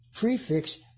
prefix